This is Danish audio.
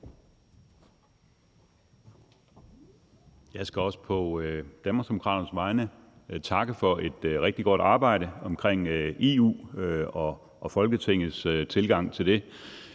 Jeg skal også på Danmarksdemokraternes vegne takke for et rigtig godt arbejde omkring EU og Folketingets tilgang til det.